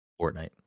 Fortnite